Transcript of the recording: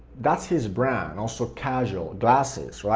that's his brand, and also casual, glasses, right,